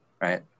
right